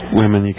women